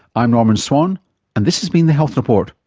i'm norman swan and this has been the health report.